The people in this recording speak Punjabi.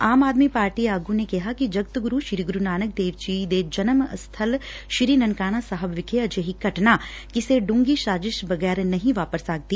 ਆਮ ਆਦਮੀ ਪਾਰਟੀ ਆਗੂ ਨੇ ਕਿਹਾ ਕਿ ਜਗਤ ਗੁਰੂ ਸ੍ਰੀ ਗੁਰੂ ਨਾਨਕ ਦੇਵ ਜੀ ਦੇ ਜਨਮ ਸਬਲ ਸ੍ਰੀ ਨਨਕਾਣਾ ਸਾਹਿਬ ਵਿਖੇ ਅਜਿਹੀ ਘਟਨਾ ਕਿਸੇ ਡੂੰਘੀ ਸਾਜ਼ਿਸ਼ ਬਗੈਰ ਨਹੀ ਵਾਪਰ ਸਕਦੀ